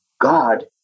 God